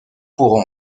pour